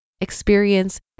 experience